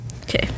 okay